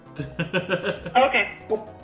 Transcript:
Okay